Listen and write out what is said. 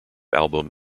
album